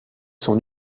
son